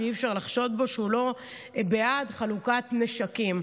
ואי-אפשר לחשוד בו שהוא לא בעד חלוקת נשקים: